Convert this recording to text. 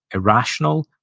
irrational,